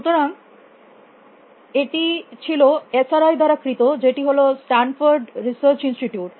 সতরাং এটি ছিল S R I দ্বারা কৃত যেটি হল স্টানফোর্ড রিসার্চ ইনস্টিটিউট